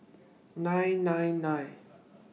nine nine nine